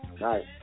Nice